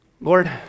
lord